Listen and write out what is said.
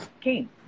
king